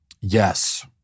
Yes